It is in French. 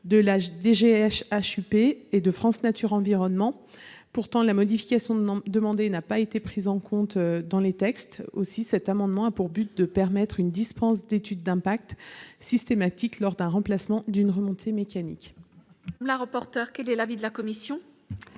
(DHUP) et de France Nature Environnement. Pourtant, la modification n'a pas été prise en compte dans les textes. Aussi, cet amendement a pour objet de permettre une dispense d'étude d'impact systématique lors du remplacement d'une remontée mécanique. Quel est l'avis de la commission